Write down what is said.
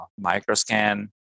Microscan